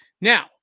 Now